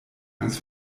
angst